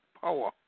power